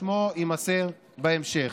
שמו יימסר בהמשך.